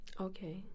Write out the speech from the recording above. Okay